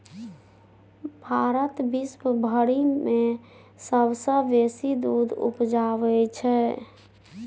भारत विश्वभरि मे सबसँ बेसी दूध उपजाबै छै